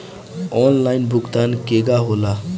Online भुगतान केगा होला?